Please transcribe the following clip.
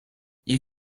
you